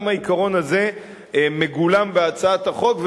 גם העיקרון הזה מגולם בהצעת החוק,